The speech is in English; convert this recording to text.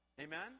Amen